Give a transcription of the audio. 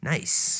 Nice